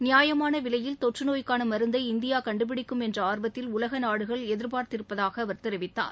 நியாயமான விலையில் தொற்று நோய்க்கான மருந்தை இந்தியா கண்டுபிடிக்கும் என்ற ஆர்வத்தில் உலக நாடுகள் எதிர்பார்த்திருப்பதாக அவர் தெரிவித்தார்